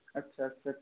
अच्छा अच्छा अच्छा